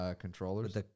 controllers